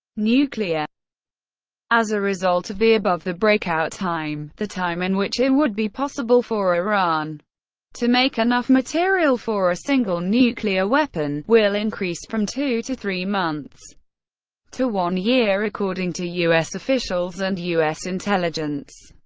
nuclear as a result of the above, the breakout time the time in which it would be possible for iran to make enough material for a single nuclear weapon will increase from two to three months to one year, according to u s. officials and u s. intelligence.